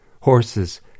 horses